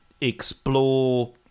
explore